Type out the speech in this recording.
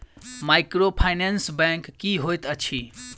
Microfinance bank की होइत अछि?